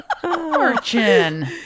fortune